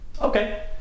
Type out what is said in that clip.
okay